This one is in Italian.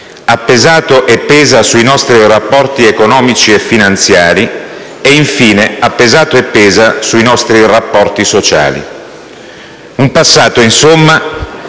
ha pesato e pesa sui nostri rapporti economici e finanziari e, infine, ha pesato e pesa sui nostri rapporti sociali. È un passato, insomma,